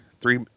three